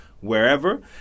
wherever